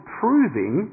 proving